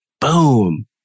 boom